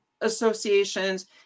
associations